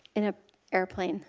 an ah airplane.